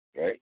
Right